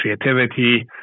creativity